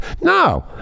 No